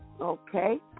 Okay